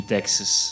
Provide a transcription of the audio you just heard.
Texas